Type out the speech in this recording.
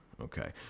Okay